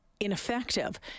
Ineffective